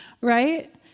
right